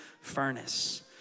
furnace